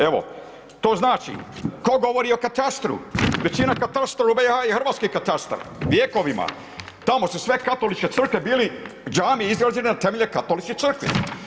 Evo to znači ko govori o katastru, većina katastra u BiH je hrvatski katastar vjekovima, tamo su sve katoličke crkve bile džamije izgrađene na temeljima katoličkih crkvi.